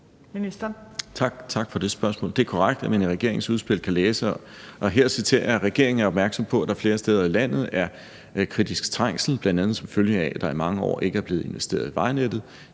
Tak for det spørgsmål. Det er korrekt, at man kan læse i regeringens udspil, at: »Regeringen er opmærksom på, at der flere steder i landet er kritisk trængsel blandt andet som følge af, at der i mange år ikke er blevet investeret i vejnettet.